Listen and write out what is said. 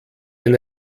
ein